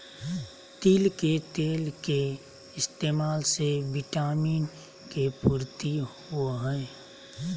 तिल के तेल के इस्तेमाल से विटामिन के पूर्ति होवो हय